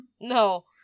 No